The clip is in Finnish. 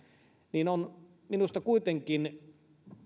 niin minusta kuitenkin